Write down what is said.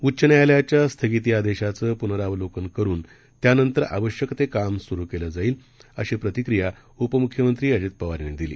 उच्च न्यायालयाच्या स्थगिती आदेशाचं पुनरावलोकन करुन त्यानंतर आवश्यक ते काम सुरु केलं जाईल अशी प्रतिक्रिया उपमुख्यमंत्री अजित पवार यांनी दिली